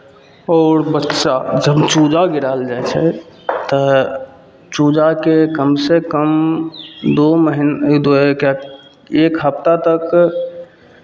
आओर बच्चा जब चूजा गिरायल जाइ छै तऽ चूजाकेँ कमसँ कम दू मही एक हफ्ता तक